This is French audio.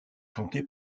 chantées